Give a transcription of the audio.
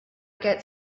get